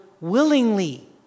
willingly